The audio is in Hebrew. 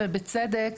ובצדק,